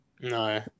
No